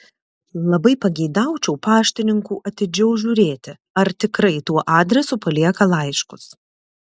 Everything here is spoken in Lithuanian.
labai pageidaučiau paštininkų atidžiau žiūrėti ar tikrai tuo adresu palieka laiškus